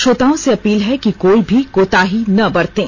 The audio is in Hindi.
श्रोताओं से अपील है कि कोई भी कोताही न बरतें